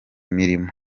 imirimo